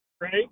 Right